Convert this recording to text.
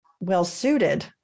well-suited